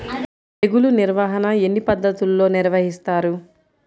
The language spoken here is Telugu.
తెగులు నిర్వాహణ ఎన్ని పద్ధతులలో నిర్వహిస్తారు?